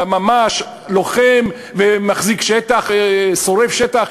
ממש לוחם ומחזיק שטח ושורף שטח?